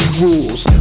rules